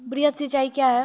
वृहद सिंचाई कया हैं?